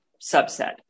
subset